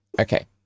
Okay